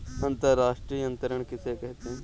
अंतर्राष्ट्रीय अंतरण किसे कहते हैं?